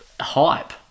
hype